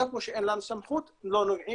איפה שאין לנו סמכות לא נוגעים,